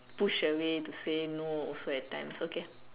push away to say no also at times okay